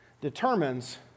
determines